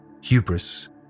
Hubris